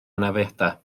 anafiadau